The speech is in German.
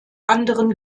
anderen